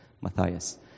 Matthias